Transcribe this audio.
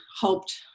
hoped